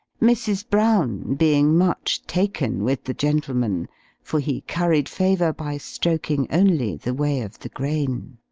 mrs. brown being much taken with the gentleman for he curried favour by stroking only the way of the grain.